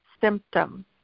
symptom